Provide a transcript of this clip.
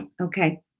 Okay